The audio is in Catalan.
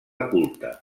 culte